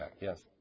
Yes